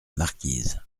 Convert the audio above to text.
marquise